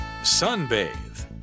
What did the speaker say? Sunbathe